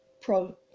pro